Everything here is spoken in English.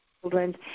children